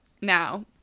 now